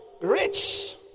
rich